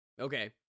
Okay